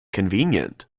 convenient